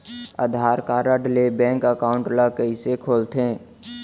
आधार card ले bank account ल कइसे खोलथे?